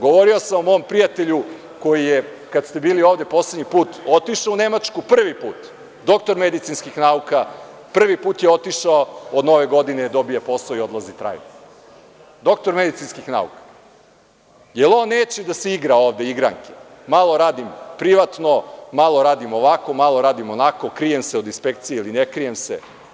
Govorio sam o mom prijatelju koji je, kada ste bili ovde poslednji put, otišao u Nemačku prvi put, doktor medicinskih nauka, prvi put je otišao, od nove godine je dobio posao i odlazi trajno, doktor medicinskih nauka, jer on neće da se igra ovde igranke, malo radim privatno, malo radim ovako, malo radim onako, krijem se od inspekcije ili ne krijem se.